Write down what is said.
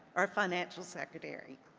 our financial secretary.